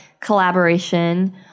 collaboration